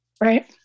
Right